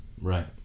Right